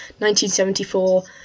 1974